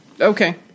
okay